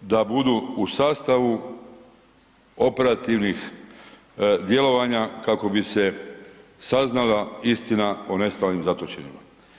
da budu u sastavu operativnih djelovanja kako bi se saznala istina o nestalim i zatočenima.